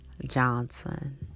Johnson